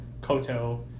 Koto